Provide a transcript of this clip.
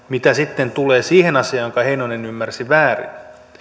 mitä sitten tulee siihen asiaan jonka heinonen ymmärsi väärin